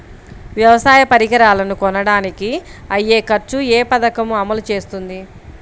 వ్యవసాయ పరికరాలను కొనడానికి అయ్యే ఖర్చు ఏ పదకము అమలు చేస్తుంది?